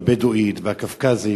והבדואית והקווקזית.